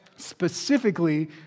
specifically